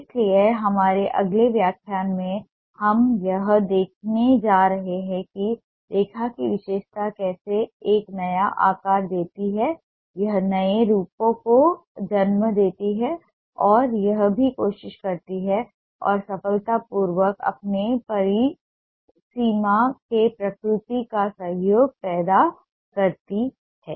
इसलिए हमारे अगले व्याख्यान में हम यह देखने जा रहे हैं कि रेखा की विशेषता कैसे एक नया आकार देती है यह नए रूपों को जन्म देती है और यह भी कोशिश करती है और सफलतापूर्वक अपने परिसीमन में प्रकृति का सहयोग पैदा करती है